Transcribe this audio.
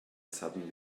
suddenly